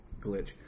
glitch